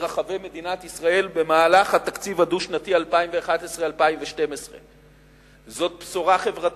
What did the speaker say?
ברחבי מדינת ישראל בתקציב הדו-שנתי 2012-2011. זאת בשורה חברתית,